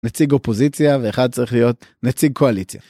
נציג אופוזיציה ואחד צריך להיות נציג קואליציה.